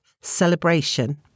celebration